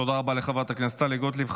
תודה רבה לחברת הכנסת טלי גוטליב.